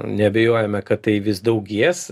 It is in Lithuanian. neabejojame kad tai vis daugės